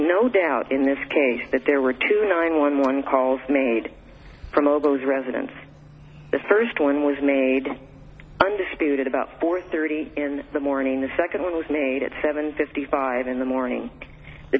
no doubt in this case that there were two nine one one calls made from oboes residence the first one was made undisputed about four thirty in the morning the second one was made at seven fifty five in the morning the